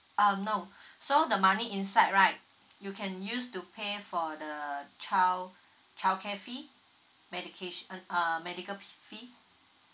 um no so the money inside right you can use to pay for the child childcare fee medication uh medical fee